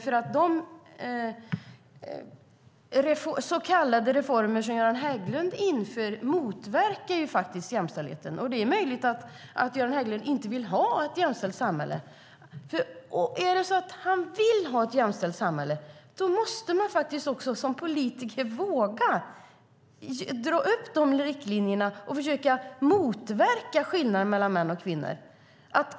De så kallade reformer som Göran Hägglund inför motverkar jämställdheten. Det är möjligt att Göran Hägglund inte vill ha ett jämställt samhälle. Om han vill ha ett jämställt samhälle måste han som politiker våga dra upp riktlinjerna för att försöka motverka skillnader mellan män och kvinnor.